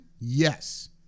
Yes